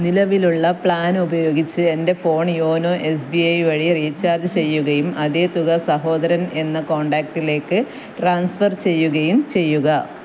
നിലവിലുള്ള പ്ലാൻ ഉപയോഗിച്ച് എൻ്റെ phone YONO S B I വഴി റീചാർജ് ചെയ്യുകയും അതെ തുക സഹോദരൻ എന്ന കോൺടാക്ടിലേക് ട്രാൻസ്ഫർ ചെയ്യുകയും ചെയ്യുക